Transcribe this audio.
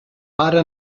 para